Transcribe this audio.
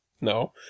No